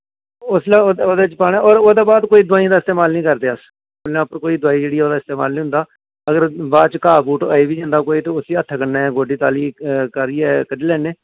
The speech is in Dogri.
उसलै ओह्दे च पाने और ओह्दे बाद कोई दोआइयें दा इस्तेमाल नेईं करदे अस फुल्लें उप्पर कोई दोआई जेह्ड़ी ऐ ओह्दा इस्तेमाल नेईं होंदा अगर बाद च घा बूट आई बी जंदा ते उस्सी हत्थै कन्नै गोड्डी तालियै करिये कड्ढी लैन्नें